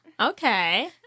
Okay